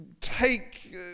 take